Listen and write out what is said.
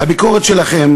הביקורת שלכם